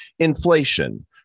Inflation